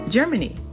Germany